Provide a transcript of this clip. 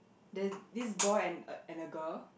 there's this boy and and the girl